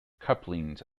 couplings